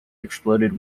exploded